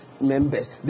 members